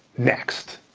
next.